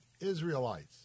Israelites